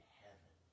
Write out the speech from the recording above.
heaven